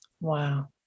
Wow